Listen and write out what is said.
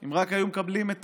אם רק היו מקבלים את